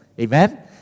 Amen